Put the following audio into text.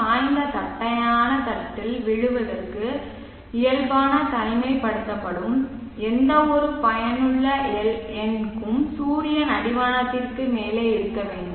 சாய்ந்த தட்டையான தட்டில் விழுவதற்கு இயல்பான தனிமைப்படுத்தப்படும் எந்தவொரு பயனுள்ள LN க்கும் சூரியன் அடிவானத்திற்கு மேலே இருக்க வேண்டும்